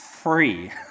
free